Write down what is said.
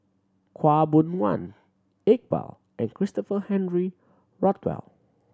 Khaw Boon Wan Iqbal and Christopher Henry Rothwell